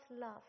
love